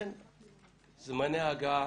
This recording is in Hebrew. זמני ההגעה